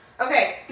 Okay